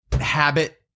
habit